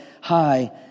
high